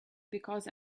because